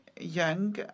young